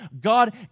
God